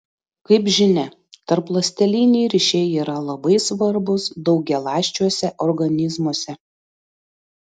kaip žinia tarpląsteliniai ryšiai yra labai svarbūs daugialąsčiuose organizmuose